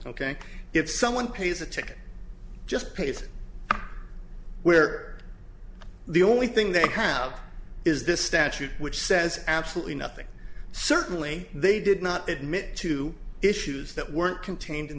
ok if someone pays a ticket just pays where the only thing they have is this statute which says absolutely nothing certainly they did not admit to issues that weren't contained in